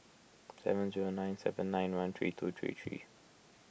seven zero nine seven nine one three two three three